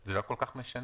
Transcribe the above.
זה לא כל כך משנה.